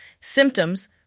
symptoms